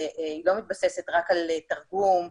שהיא לא מתבססת רק על תרגום,